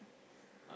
uh